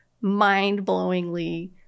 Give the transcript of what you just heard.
mind-blowingly